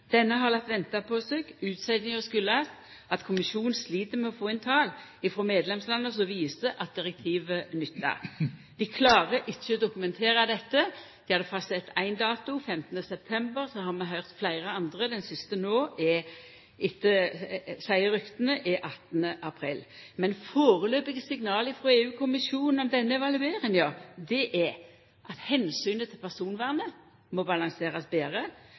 Denne har late venta på seg. Utsetjinga kjem av at kommisjonen slit med å få inn tal frå medlemslanda som viser at direktivet nyttar. Dei klarer ikkje å dokumentera dette. Dei hadde fastsett ein dato, 15. september. Så har vi høyrt fleire andre datoar. Den siste no er, seier rykta, 18. april. Men førebelse signal frå EU-kommisjonen om denne evalueringa er at omsynet til personvernet må balanserast betre,